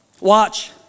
Watch